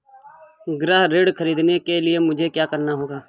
गृह ऋण ख़रीदने के लिए मुझे क्या करना होगा?